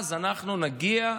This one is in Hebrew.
ואז אנחנו נגיע,